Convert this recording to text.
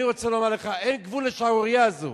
אני רוצה לומר לך, אין גבול לשערורייה הזו.